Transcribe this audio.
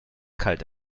kalt